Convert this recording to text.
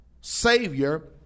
savior